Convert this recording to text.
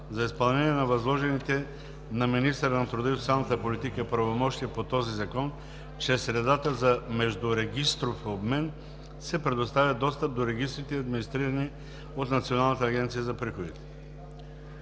За изпълнение на възложените на министъра на труда и социалната политика правомощия по този закон, чрез средата за междурегистров обмен се предоставя достъп до регистрите, администрирани от Националната агенция за приходите.“